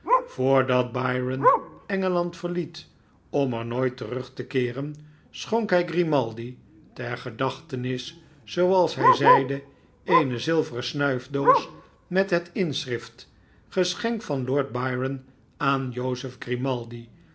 byron engeland verliet om er nooit terug te keeren schonk hi grimaldi ter gedachtenis zooals hij zeide eene zilverensnuifdoos met het inschrift geschenk van lord byron aan jozef grimaldi